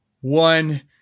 one